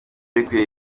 bikwiye